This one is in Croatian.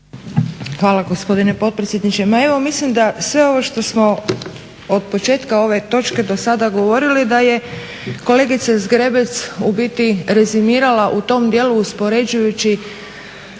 Hvala gospodine potpredsjedniče. Ma evo mislim da sve ovo što smo otpočetka ove točke dosada govorili da je kolegica Zgrebec u biti rezmirala u tom dijelu uspoređujući